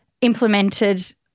implemented